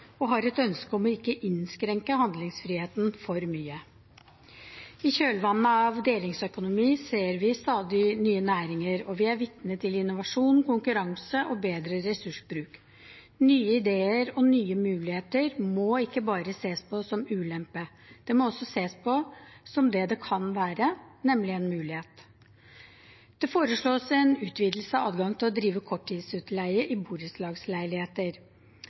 og har et ønske om ikke å innskrenke handlefriheten for mye. I kjølvannet av delingsøkonomi ser vi stadig nye næringer, og vi er vitne til innovasjon, konkurranse og bedre ressursbruk. Nye ideer og nye muligheter må ikke bare ses på som en ulempe, det må også ses på som det det kan være, nemlig en mulighet. Det foreslås en utvidelse av adgangen til å drive korttidsutleie i borettslagsleiligheter.